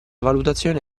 valutazione